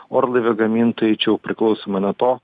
orlaivių gamintojai čia jau priklausomai nuo to